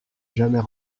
jamais